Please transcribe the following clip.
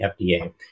FDA